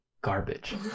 garbage